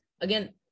again